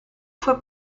fue